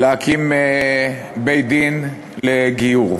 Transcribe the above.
להקים בית-דין לגיור.